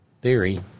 theory